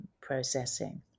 processing